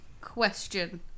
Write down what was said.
question